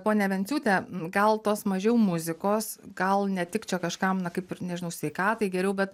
ponia venciūte gal tos mažiau muzikos gal ne tik čia kažkam na kaip ir nežinau sveikatai geriau bet